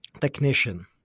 technician